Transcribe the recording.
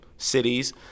cities